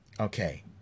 Okay